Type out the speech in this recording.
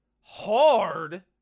hard